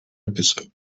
episode